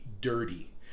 dirty